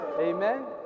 Amen